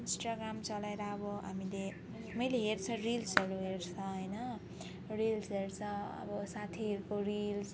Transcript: Instagram चलाएर अब हामीले मैले हेर्छु रिल्सहरू हेर्छु होइन रिल्स हेर्छु अब साथीहरूको रिल्स